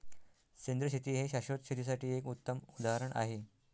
सेंद्रिय शेती हे शाश्वत शेतीसाठी एक उत्तम उदाहरण आहे